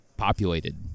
populated